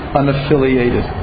unaffiliated